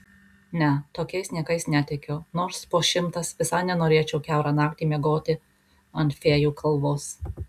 ne tokiais niekais netikiu nors po šimtas visai nenorėčiau kiaurą naktį miegoti ant fėjų kalvos